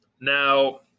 Now